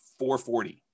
440